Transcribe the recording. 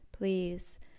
please